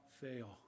fail